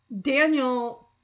Daniel